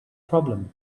problem